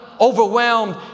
overwhelmed